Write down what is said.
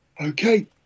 Okay